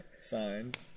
signed